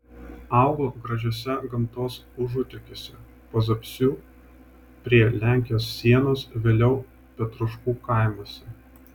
augo gražiuose gamtos užutekiuose pazapsių prie lenkijos sienos vėliau petroškų kaimuose